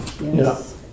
Yes